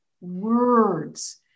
Words